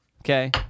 Okay